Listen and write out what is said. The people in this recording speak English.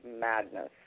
madness